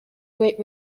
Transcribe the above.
great